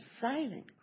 silent